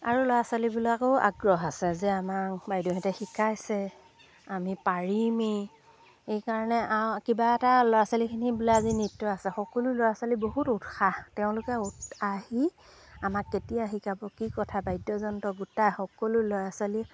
আৰু ল'ৰা ছোৱালীবিলাকেও আগ্ৰহ আছে যে আমাক বাইদেউহেঁতে শিকাইছে আমি পাৰিমেই এইকাৰণে আও কিবা এটা ল'ৰা ছোৱালীখিনি বোলে আজি নৃত্য আছে সকলো ল'ৰা ছোৱালী বহুত উৎসাহ তেওঁলোকে আহি আমাক কেতিয়া শিকাব কি কথা বাদ্যযন্ত্ৰ গোটাই সকলো ল'ৰা ছোৱালী